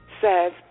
says